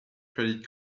credit